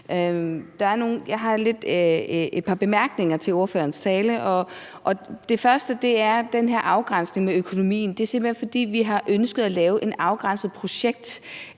Jeg har et par bemærkninger til ordførerens tale. Den første er om den her afgrænsning af økonomien. Det er simpelt hen, fordi vi har ønsket at lave en afgrænset